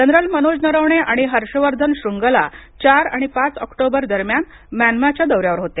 general Manoj Naravane आणि हर्षवर्धन श्रंगला चार आणि पाच ऑक्टोबर दरम्यान म्यानमा च्या दौऱ्यावर होते